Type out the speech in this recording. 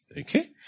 okay